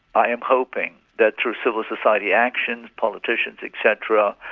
i am hoping that through civil society action, politicians etc.